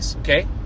okay